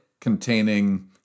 containing